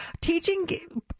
Teaching